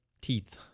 teeth